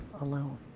alone